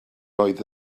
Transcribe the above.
oedd